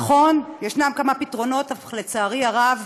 נכון, יש כמה פתרונות, אך לצערי הרב